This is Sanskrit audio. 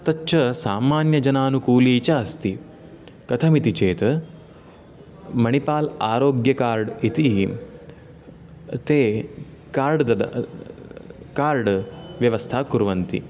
तच्च सामान्यजनानुकूली च अस्ति कथमिति चेत् मणिपाल् आरोग्य कार्ड् इति ते कार्ड् ददा कार्ड् व्यवस्था कुर्वन्ति